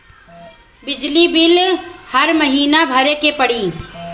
बिजली बिल हर महीना भरे के पड़ी?